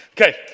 Okay